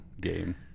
game